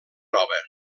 nova